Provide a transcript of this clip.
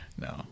no